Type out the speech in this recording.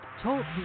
Talk